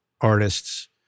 artists